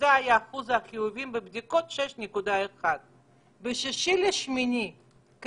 ואחוז החיובים בבדיקות היה 6.1%. כולנו